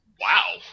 Wow